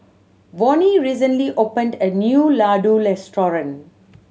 Vonnie recently opened a new Ladoo Restaurant